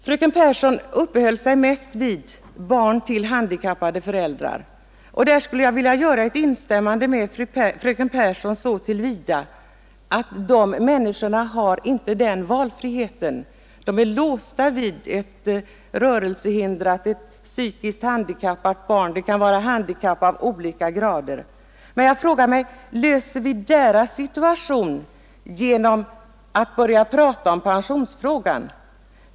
Fröken Pehrsson uppehöll sig mest vid föräldrar till handikappade barn. Jag vill instämma med fröken Pehrsson så till vida som dessa människor inte har valfrihet, de är låsta vid ett rörelsehindrat eller psykiskt handikappat barn — det kan vara handikapp av olika grader. Jag frågar mig om vi löser deras situation genom att börja tala om pensionsfrågan.